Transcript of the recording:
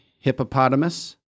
hippopotamus